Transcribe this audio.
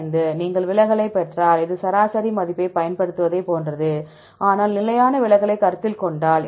95 நீங்கள் விலகலைப் பெற்றால் இது சராசரி மதிப்பைப் பயன்படுத்துவதைப் போன்றது ஆனால் நிலையான விலகலைக் கருத்தில் கொண்டால்